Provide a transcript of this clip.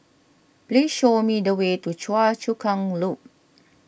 please show me the way to Choa Chu Kang Loop